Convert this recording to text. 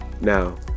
Now